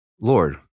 Lord